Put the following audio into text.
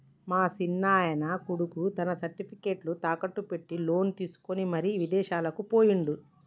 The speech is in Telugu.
మా సిన్నాయన కొడుకు తన సర్టిఫికేట్లు తాకట్టు పెట్టి లోను తీసుకొని మరి ఇదేశాలకు పోయిండు